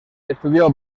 estudió